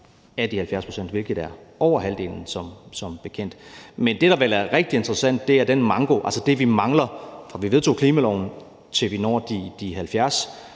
hvilket som bekendt er over halvdelen. Men det, der vel er rigtig interessant, er den manko, altså det, vi mangler, fra vi vedtog klimaloven, til vi når de 70,